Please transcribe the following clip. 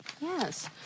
Yes